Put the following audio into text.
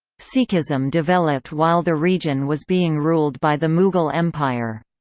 sikhism developed while the region was being ruled by the mughal empire.